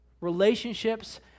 Relationships